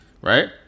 right